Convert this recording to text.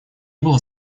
было